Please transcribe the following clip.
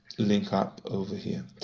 link up over here.